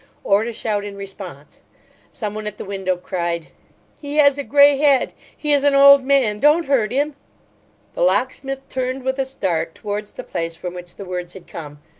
or to shout in response some one at the window cried he has a grey head. he is an old man don't hurt him the locksmith turned, with a start, towards the place from which the words had come,